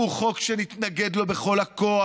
הוא חוק שנתנגד לו בכל הכוח.